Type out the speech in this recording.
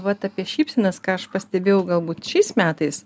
vat apie šypsenas ką aš pastebėjau galbūt šiais metais